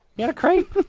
you had a crepe?